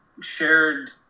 shared